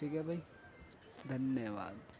ٹھیک ہے بھائی دھنیہ واد